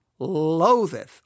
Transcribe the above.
loatheth